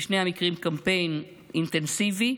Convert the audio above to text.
בשני המקרים בקמפיין אינטנסיבי.